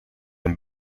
een